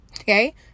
Okay